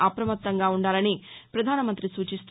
అప్రమత్తంగా ఉండాలని ప్రధానమంత్రి సూచిస్తూ